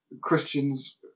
Christians